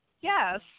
Yes